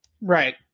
Right